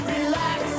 Relax